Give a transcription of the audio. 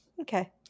okay